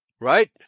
Right